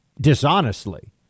dishonestly